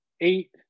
eight